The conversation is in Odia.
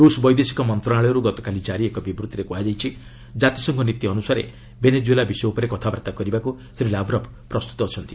ରୁଷ ବୈଦେଶିକ ମନ୍ତ୍ରଣାଳୟରୁ ଗତକାଲି ଜାରି ଏକ ବିବୃଭିରେ କୁହାଯାଇଛି ଜାତିସଂଘ ନୀତି ଅନୁସାରେ ଭେନେଜୁଏଲା ବିଷୟ ଉପରେ କଥାବାର୍ତ୍ତା କରିବାକୁ ଶ୍ରୀ ଲାବ୍ରଭ୍ ପ୍ରସ୍ତତ ଅଛନ୍ତି